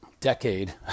decade